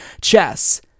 chess